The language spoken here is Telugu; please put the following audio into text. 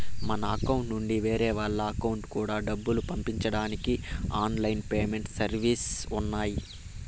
మన అకౌంట్ నుండి వేరే వాళ్ళ అకౌంట్ కూడా డబ్బులు పంపించడానికి ఆన్ లైన్ పేమెంట్ సర్వీసెస్ ఉన్నాయి